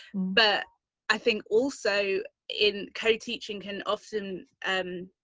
but i think also in co teaching can often. um